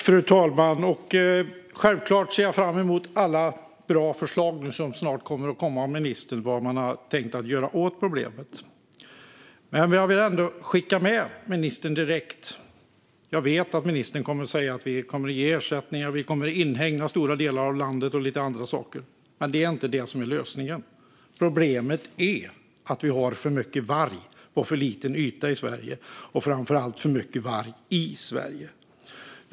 Fru talman! Självklart ser jag fram emot alla bra förslag som snart kommer att komma från ministern om vad man har tänkt göra åt problemet. Jag vet att ministern kommer att säga att man kommer att ge ersättningar, inhägna stora delar av landet och lite andra saker, men jag vill direkt skicka med ministern att det inte är det som är lösningen. Problemet är att vi har för mycket varg på för liten yta i Sverige. Framför allt har vi för mycket varg i Sverige.